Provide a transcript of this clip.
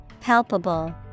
palpable